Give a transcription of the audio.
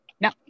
no